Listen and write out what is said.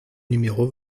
numéro